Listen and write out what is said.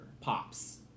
pops